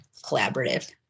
collaborative